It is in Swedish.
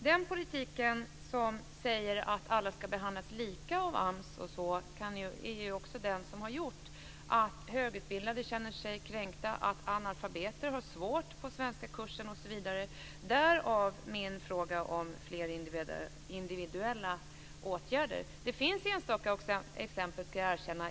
Den politik som säger att alla ska behandlas lika av AMS osv. har också gjort att högutbildade känner sig kränkta och att analfabeter har det svårt på svenskakursen etc. Därav min fråga om fler individuella åtgärder. Men jag ska erkänna att det finns enstaka exempel.